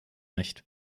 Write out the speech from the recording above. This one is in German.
nicht